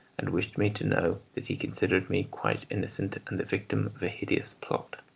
and wished me to know that he considered me quite innocent, and the victim of a hideous plot.